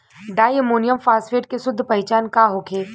Di ammonium phosphate के शुद्ध पहचान का होखे?